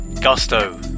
Gusto